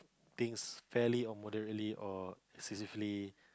things fairly or moderately or excessively